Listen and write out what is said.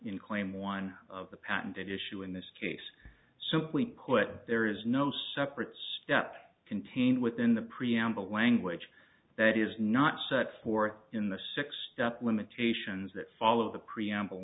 in claim one of the patented issue in this case simply put there is no separate step contained within the preamble language that is not set forth in the six limitations that follow the preamble